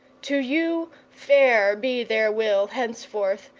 to you fair be their will henceforth,